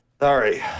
Sorry